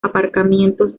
aparcamientos